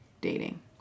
dating